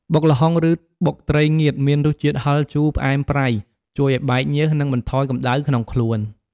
បុកល្ហុងឫបុកត្រីងៀតមាន រសជាតិហឹរ ជូរ ផ្អែម ប្រៃ ជួយឱ្យបែកញើស និងបន្ថយកម្ដៅក្នុងខ្លួន។